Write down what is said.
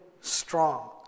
strong